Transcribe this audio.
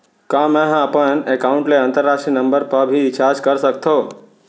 का मै ह अपन एकाउंट ले अंतरराष्ट्रीय नंबर पर भी रिचार्ज कर सकथो